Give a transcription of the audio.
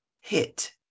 hit